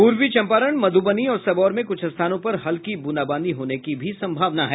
पूर्वी चम्पारण मध्बनी और सबौर में कुछ स्थानों पर हल्की ब्रंदाबांदी होने की सम्भावना है